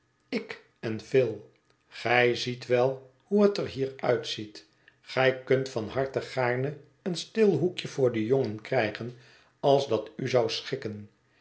ik en phil gij ziet wel hoe het er hier uitziet gij kunt van harte gaarne een stil hoekje voor den jongen krijgen als dat u zou schikken